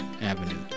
Avenue